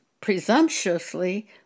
presumptuously